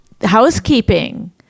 housekeeping